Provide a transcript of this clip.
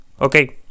Okay